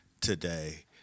today